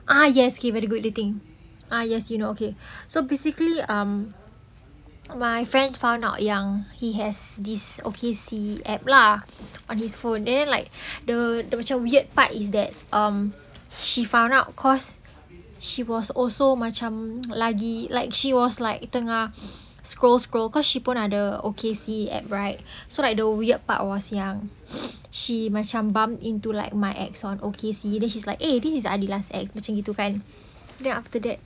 ah yes K very good do you think ah yes you know okay so basically um my friends found out yang he has this O_K_C app lah on his phone then like the the macam weird part is that um she found out cause she was also macam lagi like she was like tengah scroll scroll cause she open up the O_K_C app right so like the weird part was yang she macam bump into like my ex on O_K_C then she's like this is anila's ex macam gitu then after that